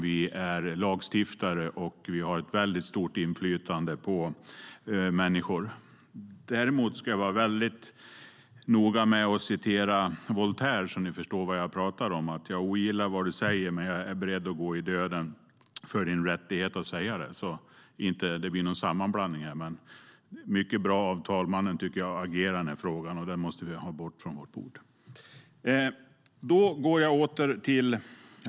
Vi är lagstiftare, och vi har ett stort inflytande på människor. På så sätt blir det inte någon sammanblandning här. Talmannen har agerat bra i frågan, och den måste bort från vårt bord. Herr talman!